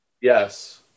Yes